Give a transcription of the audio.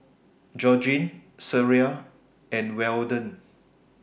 Georgene Sariah and Weldon